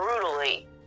brutally